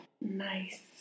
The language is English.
Nice